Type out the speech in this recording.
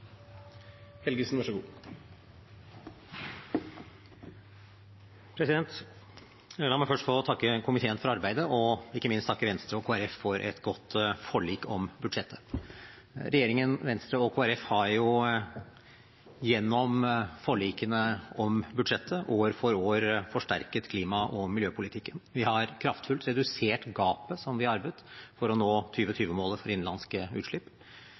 få takke Venstre og Kristelig Folkeparti for et godt forlik om budsjettet. Regjeringen, Venstre og Kristelig Folkeparti har gjennom forlikene om budsjettet år for år forsterket klima- og miljøpolitikken. Vi har kraftfullt redusert gapet som vi arvet, for å nå 2020-målet for innenlandske utslipp.